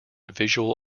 visual